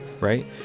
right